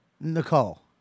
Nicole